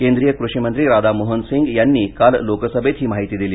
केंद्रीय कृषिमंत्री राधा मोहन सिंग यांनी काल लोकसभेत ही माहिती दिली